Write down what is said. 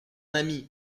ami